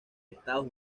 estados